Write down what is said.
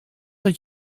dat